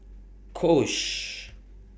Kose